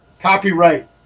copyright